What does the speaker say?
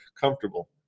comfortable